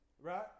right